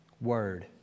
word